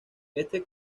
este